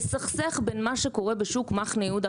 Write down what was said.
לסכסך בין מה שקורה בשוק מחנה יהודה.